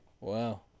Wow